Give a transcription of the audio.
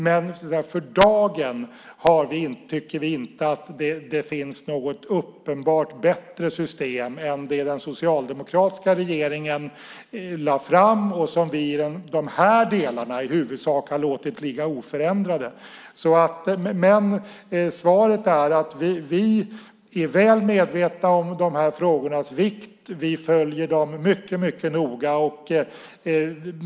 Men för dagen tycker vi inte att det finns något uppenbart bättre system än det som den socialdemokratiska regeringen lade fram och som vi i de här delarna i huvudsak har låtit ligga oförändrade. Men svaret är att vi är väl medvetna om de här frågornas vikt. Vi följer dem mycket noga.